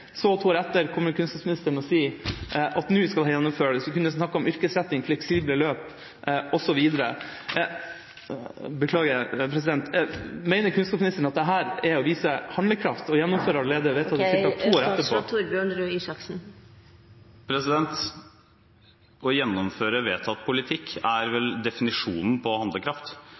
etter kommer kunnskapsministeren og sier at nå skal det gjennomføres. Vi kunne snakke om yrkesretting, fleksible løp osv. Mener kunnskapsministeren at det å gjennomføre vedtatte ting ca. to år etterpå er å vise handlekraft? Å gjennomføre vedtatt politikk er vel definisjonen på handlekraft.